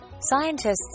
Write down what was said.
Scientists